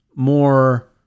more